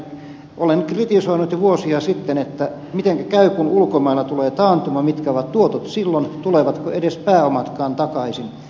olen kritisoinut jo vuosia sitten että mitenkä käy kun ulkomailla tulee taantuma mitkä ovat tuotot silloin tulevatko edes pääomat takaisin